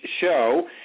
Show